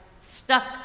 stuck